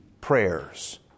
prayers